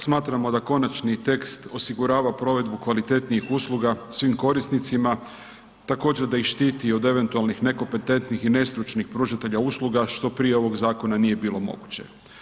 Smatramo da konačni tekst osigurava provedbu kvalitetnijih usluga svim korisnicima, također da ih štiti od eventualnih nekompetentnih i nestručnih pružitelja usluga što prije ovog zakona nije bilo moguće.